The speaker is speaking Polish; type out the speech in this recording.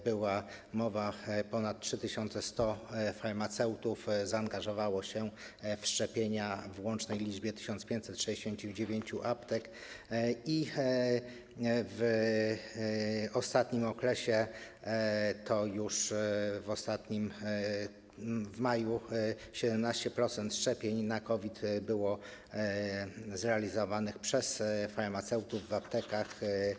Była mowa o tym, że ponad 3100 farmaceutów zaangażowało się w szczepienia w łącznej liczbie 1569 aptek i w ostatnim okresie, w maju, 17% szczepień na COVID było zrealizowanych przez farmaceutów w aptekach.